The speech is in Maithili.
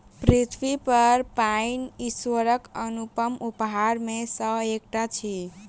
पृथ्वीपर पाइन ईश्वरक अनुपम उपहार मे सॅ एकटा अछि